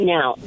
Now